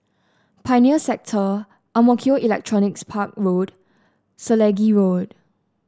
Pioneer Sector Ang Mo Kio Electronics Park Road Selegie Road